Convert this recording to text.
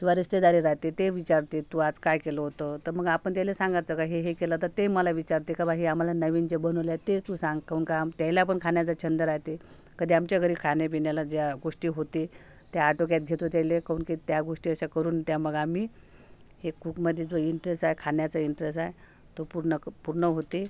किंवा रिश्तेदारी रहाते ते विचारते तू आज काय केलं होतं तर मग आपण त्यायले सांगायचं का हे हे केलं तर ते मला विचारते का बा हे आम्हाला नवीन जे बनवलं ते तू सांग काऊन का त्यायला पण खाण्याचा छंद रहाते कधी आमच्या घरी खाण्यापिण्याला ज्या गोष्टी होते त्या आटोक्यात घेतो त्यायले काऊन की त्या गोष्टी अशा करून त्या मग आम्ही हे कुकमधी जो इंटरेस्ट आहे खाण्याचा इंटरेस्ट आहे तो पूर्ण क पूर्ण होते